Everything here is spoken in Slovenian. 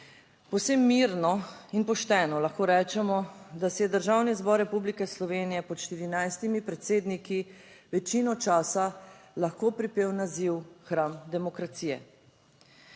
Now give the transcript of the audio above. Povsem mirno in pošteno lahko rečemo, da si je Državni zbor Republike Slovenije pod 14 predsedniki večino časa lahko pripel naziv hram demokracije.